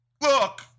look